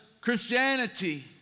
Christianity